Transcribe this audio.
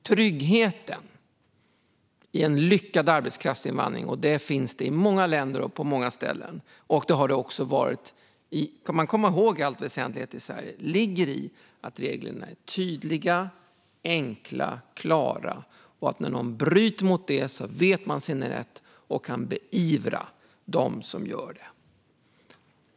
Tryggheten i en lyckad arbetskraftsinvandring, som finns i många länder och på många ställen, också i allt väsentligt i Sverige, ligger i att reglerna är tydliga, enkla och klara och att man, när någon bryter mot dem, vet sin rätt och att det kan beivras.